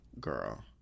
girl